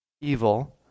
evil